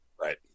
Right